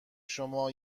شما